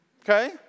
Okay